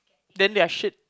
then they are shit